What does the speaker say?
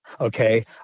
Okay